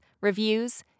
reviews